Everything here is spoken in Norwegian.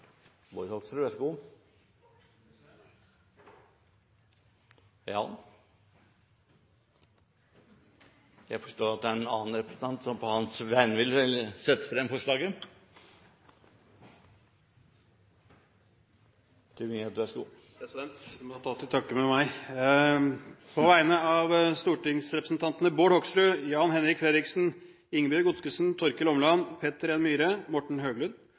forstår at det er en annen representant som på hans vegne vil sette frem forslaget. Du må ta til takke med meg. På vegne av stortingsrepresentantene Bård Hoksrud, Jan-Henrik Fredriksen, Ingebjørg Godskesen, Torkil Åmland, Peter N. Myhre, Morten